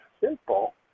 simple